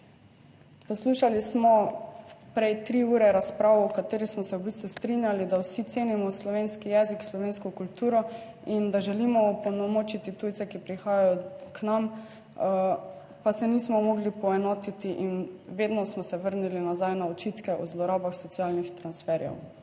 Poslušali smo prej tri ure razprav, o kateri smo se v bistvu strinjali, da vsi cenimo slovenski jezik, slovensko kulturo in da želimo opolnomočiti tujce, ki prihajajo k nam, pa se nismo mogli poenotiti in vedno smo se vrnili nazaj na očitke o zlorabah socialnih transferjev.